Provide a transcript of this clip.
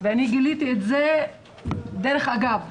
ואני גיליתי את זה דרך אגב,